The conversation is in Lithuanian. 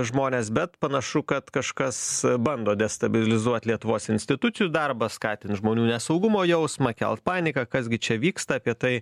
žmones bet panašu kad kažkas bando destabilizuoti lietuvos institucijų darbą skatint žmonių nesaugumo jausmą kelt paniką kas gi čia vyksta apie tai